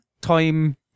time